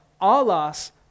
Alas